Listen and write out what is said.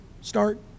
start